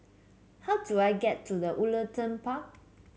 how do I get to the Woollerton Park